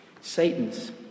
Satan's